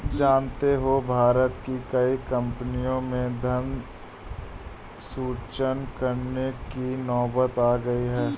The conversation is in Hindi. जानते हो भारत की कई कम्पनियों में धन सृजन करने की नौबत आ गई है